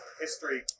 history